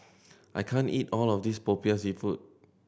I can't eat all of this Popiah Seafood